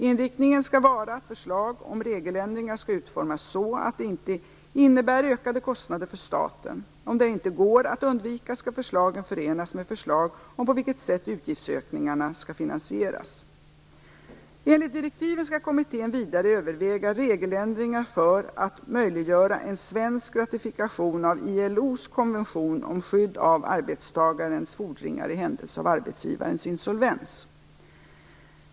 Inriktningen skall vara att förslag om regeländringar skall utformas så att de inte innebär ökade kostnader för staten. Om detta inte går att undvika skall förslagen förenas med förslag om på vilket sätt utgiftsökningarna skall finansieras. Enligt direktiven skall kommittén vidare överväga regeländringar för att möjliggöra en svensk ratifikation av ILO:s konvention om skydd av arbetstagarens fordringar i händelse av arbetsgivarens insolvens.